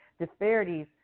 disparities